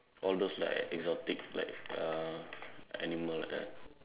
all those like exotic like uh animals like that